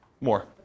More